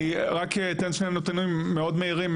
אני רק אתן שנייה נתונים מאוד מהירים,